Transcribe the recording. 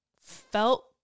felt